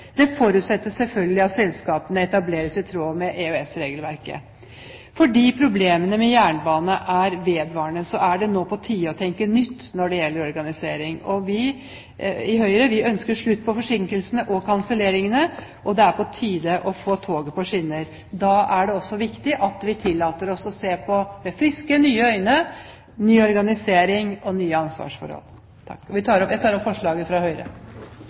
Det forutsettes selvfølgelig at selskapene etableres i tråd med EØS-regelverket. Fordi problemene med jernbanen er vedvarende, er det nå på tide å tenke nytt når det gjelder organisering. Vi i Høyre ønsker å få slutt på forsinkelsene og kanselleringene, og det er på tide å få toget på skinner. Da er det også viktig at vi med friske og nye øyne tillater oss å se på ny organisering og nye ansvarsforhold. Jeg tar opp forslaget fra Høyre. Representanten Ingjerd Schou har tatt opp det forslaget